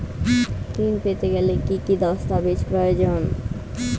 ঋণ পেতে গেলে কি কি দস্তাবেজ প্রয়োজন?